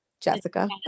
jessica